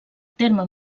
terme